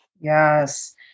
Yes